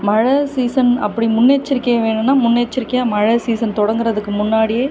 மழை சீஸன் அப்படி முன்னெச்சரிக்கை வேணும்னா முன்னெச்சரிக்கையாக மழை சீசன் தொடங்குகிறதுக்கு முன்னாடியே